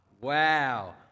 Wow